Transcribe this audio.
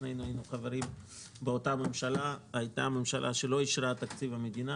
שנינו היינו חברים באותה ממשלה הייתה ממשלה שלא אישרה את תקציב המדינה